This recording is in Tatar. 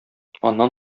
аннан